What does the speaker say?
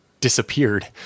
disappeared